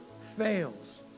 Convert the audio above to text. fails